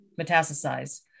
metastasize